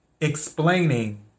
explaining